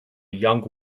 young